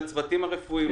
לצוותים הרפואיים,